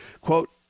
quote